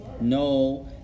No